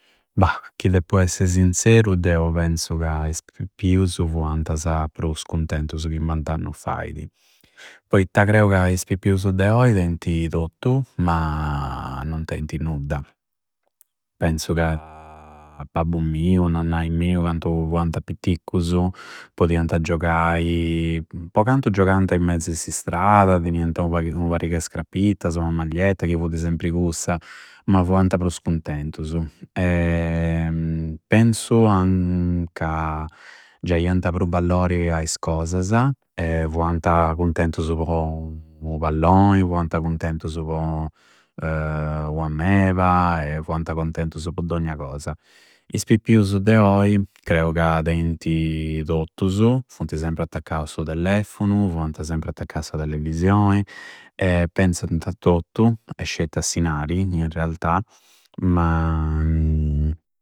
Bha! Chi deppu esse sinzeru deu penzu ca is pippiusu fuantasa prus cuntentusu chibanta annu faidi. Poitta creu ca is pippiusu de oi teinti tottu ma non teinti nudda. Penzu ca babbu miu, nannai miu, candu fuanta pitticcussu podianta giogai, po cantu gioganta in mezu a s'istrada, tenianta u, ua pariga e crappittasa, ua maglietta chi fudi sempri cussa, ma fuanta prus cuntentusu. Penzu, an, ca giaianta pru valloris a is cosasa, fuanta contenutsu po u palloi, fuanta cuntentusu po ua meba e fuanta cuntentusu po d'ognia cosa. Is pippiusu de oi creu ca teinti tottusu, funti sempri attaccau a su telefunu, funti sempri attaccau a sa televisioi e penzanta tottu e scetti a s'inari in realtà ma.